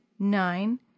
nine